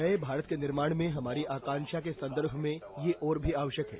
नये भारत क निर्माण में हमारी आकांक्षा के संदर्भ में यह और भी आवश्यक है